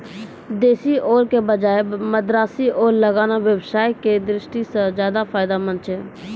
देशी ओल के बजाय मद्रासी ओल लगाना व्यवसाय के दृष्टि सॅ ज्चादा फायदेमंद छै